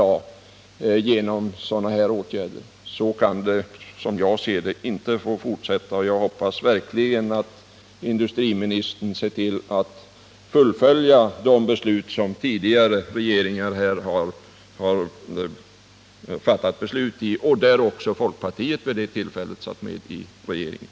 Så kan det inte, som jag ser det, få fortsätta. Jag hoppas verkligen att industriministern fullföljer de beslut som tidigare regeringar har fattat — vid tillfällen då folkpartiet har suttit med i regeringen.